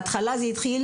זה התחיל